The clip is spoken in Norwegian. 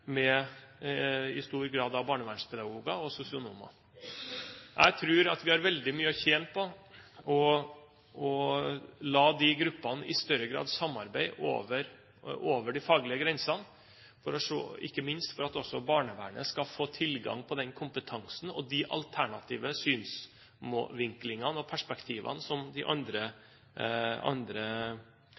med stor grad av barnevernspedagoger og sosionomer. Jeg tror vi har veldig mye å tjene på å la de gruppene i større grad samarbeide over de faglige grensene, ikke minst for at også barnevernet skal få tilgang på den kompetansen og de alternative synsvinklene og perspektivene som de andre